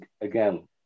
again